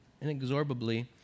inexorably